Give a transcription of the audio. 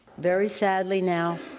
very sadly now,